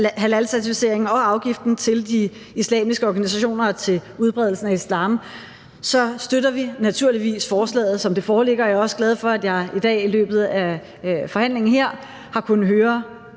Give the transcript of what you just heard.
halalcertificering og afgiften til de islamiske organisationer og til udbredelsen af islam, så støtter vi naturligvis forslaget, som det foreligger. Jeg er også glad for, at jeg i dag i løbet af forhandlingen her har kunnet høre